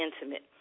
intimate